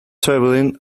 travelling